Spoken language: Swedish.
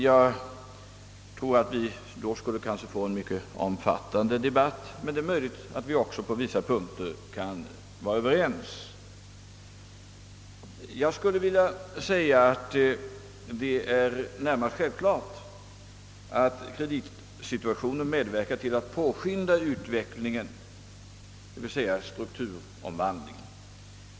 Jag tror att debatten i så fall skulle bli mycket omfattande, men det är möjligt att det också skulle visa sig att vi på vissa punkter är ense. Det är närmast självklart att kreditsituationen medverkat till att påskynda utvecklingen, d. v. s. strukturomvandlingen.